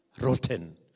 rotten